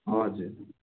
हजुर